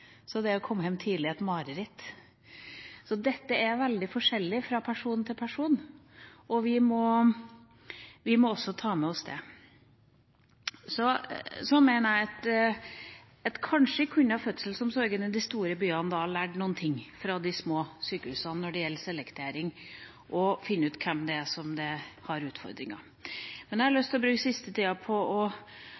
Så mener jeg at kanskje kunne fødselsomsorgen i de store byene lært noe av de små sykehusene når det gjelder selektering, og det å finne ut hvem det er som har utfordringer. Men jeg har